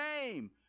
name